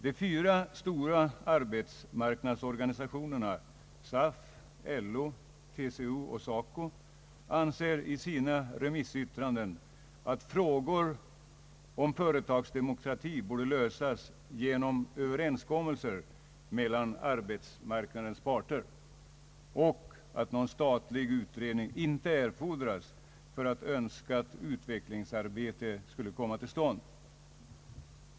De fyra stora arbetsmarknadsorganisationerna — SAF, LO, TCO och SACO — anser i sina remissyttranden att frågor om företagsdemokrati borde lösas genom Överenskommelser mellan arbetsmarknadens parter och att någon statlig utredning inte erfordras för att önskat utvecklingsarbete skall komma till stånd.